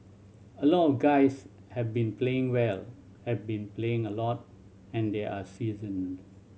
a lot of the guys have been playing well have been playing a lot and they're seasoned